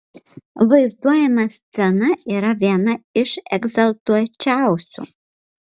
vaizduojama scena yra viena iš egzaltuočiausių